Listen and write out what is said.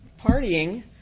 partying